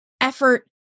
effort